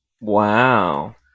wow